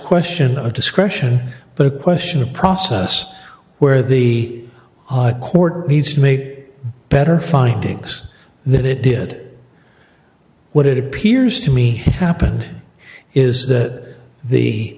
question of discretion but a question of process where the court needs to make a better findings that it did what it appears to me happened is that the